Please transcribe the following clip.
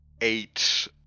eight